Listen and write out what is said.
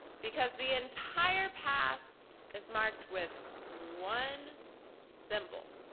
because the entire path is marked with one symbol.